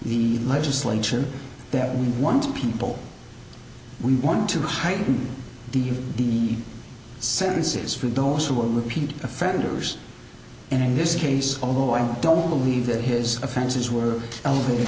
the legislature that we want people we want to heighten the sentences for those who are repeat offenders and in this case although i don't believe that his offenses were elevat